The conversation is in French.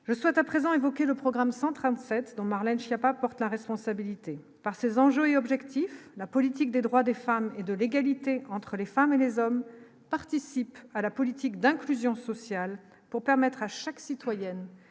Je souhaite à présent évoquer le programme s'entraîne cette dont Marlène Schiappa porte la responsabilité par ses enjeux et objectifs, la politique des droits des femmes et de l'égalité entre les femmes et les hommes participent à la politique d'inclusion sociale pour permettre à chaque citoyen